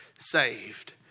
Saved